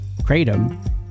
Kratom